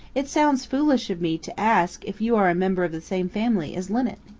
it sounds foolish of me to ask if you are a member of the same family as linnet.